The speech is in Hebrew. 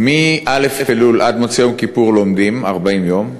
מא' אלול עד מוצאי יום כיפור לומדים, 40 יום,